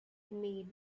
made